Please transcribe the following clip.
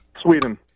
Sweden